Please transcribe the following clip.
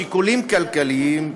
משיקולים כלכליים,